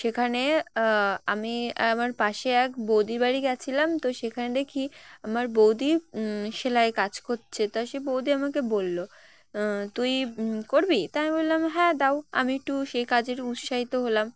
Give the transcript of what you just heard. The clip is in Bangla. সেখানে আমি আমার পাশে এক বৌদি বাড়ি গিয়েছিলাম তো সেখানে দেখি আমার বৌদি সেলাইয়ের কাজ করছে তো সে বৌদি আমাকে বললো তুই করবি তা আমি বললাম হ্যাঁ দাও আমি একটু সেই কাজের উৎসাহিত হলাম